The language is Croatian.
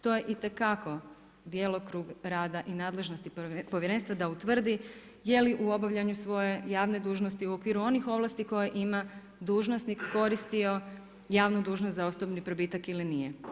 To je itekako djelokrug rada i nadležnosti povjerenstva da utvrdi je li u obavljanju svoje javne dužnosti, u okviru onih ovlasti koje ima, dužnosnik koristio javnu dužnost za osobni probitak ili nije.